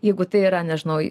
jeigu tai yra nežinau